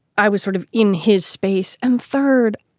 i was sort of in his space and third,